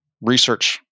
research